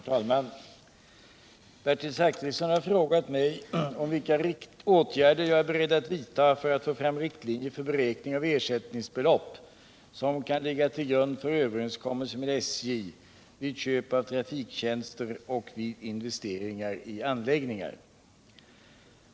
Herr talman! Bertil Zachrisson har frågat mig om vilka åtgärder jag är beredd att vidta för att få fram riktlinjer för beräkning av ersättningsbelopp som kan ligga till grund för överenskommelser med SJ vid köp av trafiktjänster och vid investeringar i anläggningar.